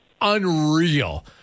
unreal